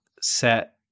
set